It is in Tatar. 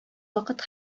вакыт